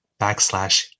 backslash